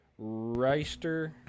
Reister